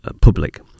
public